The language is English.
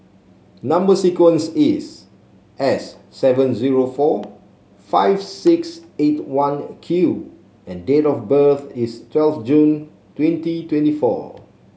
number sequence is S seven zero four five six eight one Q and date of birth is twelfth June twenty twenty four